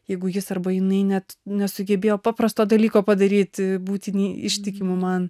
jeigu jis arba jinai net nesugebėjo paprasto dalyko padaryt būti ištikimu man